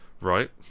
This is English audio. Right